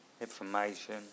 information